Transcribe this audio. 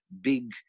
big